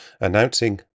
announcing